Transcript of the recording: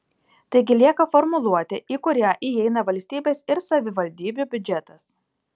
taigi lieka formuluotė į kurią įeina valstybės ir savivaldybių biudžetas